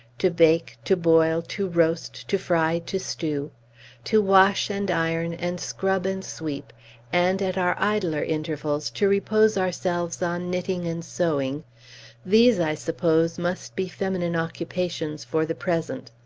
to bake, to boil, to roast, to fry, to stew to wash, and iron, and scrub, and sweep and, at our idler intervals, to repose ourselves on knitting and sewing these, i suppose, must be feminine occupations, for the present.